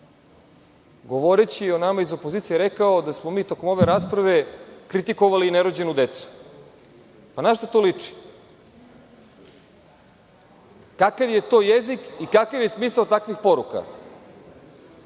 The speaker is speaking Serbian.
govoreći o nama iz opozicije rekao da smo mi tokom ove rasprave kritikovali nerođenu decu. Na šta to liči? Kakav je to jezik i kakav je smisao takvih poruka? Znači,